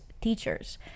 teachers